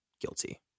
guilty